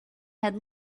had